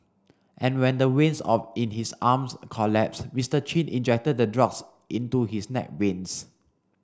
and when the veins of in his arms collapsed Mister Chin injected the drugs into his neck veins